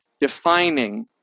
defining